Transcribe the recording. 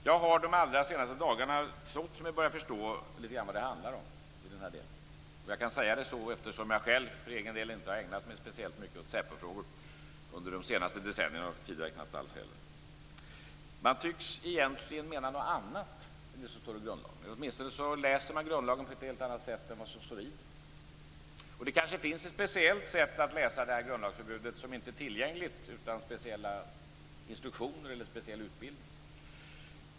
Jag har de allra senaste dagarna trott mig börja förstå litet grand vad det handlar om i den här delen. Jag kan säga det så, eftersom jag för egen del inte har ägnat mig speciellt mycket åt SÄPO-frågor under de senaste decennierna och knappt alls tidigare heller. Man tycks egentligen mena något annat än det som står i grundlagen, åtminstone läser man grundlagen på ett helt annat sätt än vad som står i den. Det kanske finns ett speciellt sätt att läsa det här grundlagsförbudet som inte är tillgängligt utan speciella instruktioner eller en speciell utbildning.